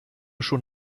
schon